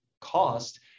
cost